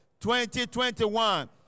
2021